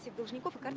vnukovo?